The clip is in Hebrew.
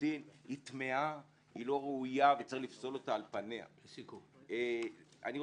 תיאורטית אני מתאר לעצמי מצב שבו גוף אמנותי הנתמך על